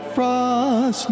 Frost